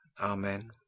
Amen